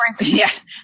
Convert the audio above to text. Yes